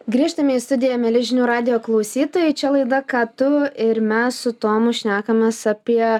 grįžtame į studiją mieli žinių radijo klausytojai čia laida ką tu ir mes su tomu šnekamės apie